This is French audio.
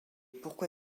pourquoi